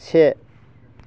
से